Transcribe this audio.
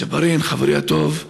חברי הטוב.